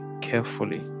carefully